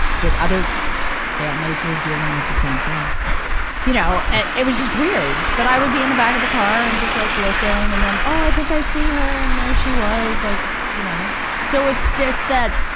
that other families were dealing with the same thingpaul mariel you know and it was just weird. but i would be in the back of the car and just, like looking. and then, oh, i think i see her, and there she was, like, you know. so, it's just that,